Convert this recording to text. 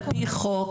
על פי חוק,